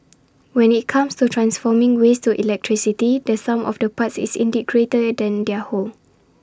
when IT comes to transforming waste to electricity the sum of the parts is indeed greater than their whole